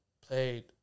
played